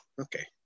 okay